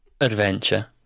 adventure